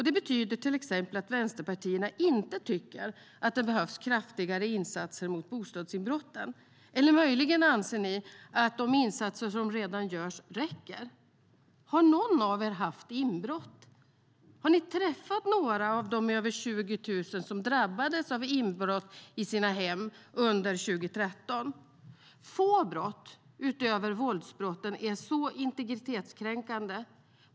Det betyder till exempel att vänsterpartierna inte tycker att det behövs kraftigare insatser mot bostadsinbrotten, eller möjligen anser ni att de insatser som redan görs räcker. Har någon av er haft inbrott? Har ni träffat några av de över 20 000 som drabbades av inbrott i sina hem under 2013? Få brott, utöver våldsbrotten, är så integritetskränkande.